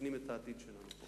מסכנים את העתיד שלנו פה.